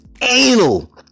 anal